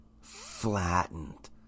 Flattened